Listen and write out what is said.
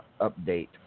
update